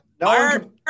No